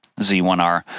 Z1R